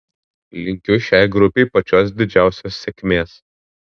linkiu šiai grupei pačios didžiausios sėkmės